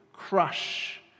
crush